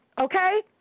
Okay